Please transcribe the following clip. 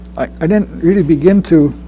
ah didn't really begin to